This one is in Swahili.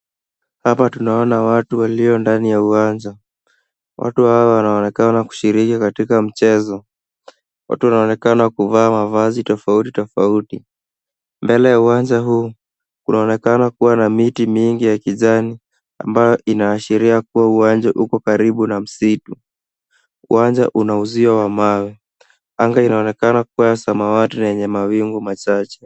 Hapa tunaona watu walio ndani ya uwanja. Watu hawa wanaonekana kushiriki katika mchezo. Wote wanaonekana kuvaa mavazi tofauti tofauti. Mbele ya uwanja huu kunaonekana kuwa na miti mingi ya kijani ambayo inaashiria kuwa uwanja uko karibu na msitu. Uwanja una uzio wa mawe. Anga linaonekana kuwa samawati lenye mawingu machache.